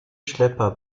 schlepper